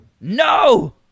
no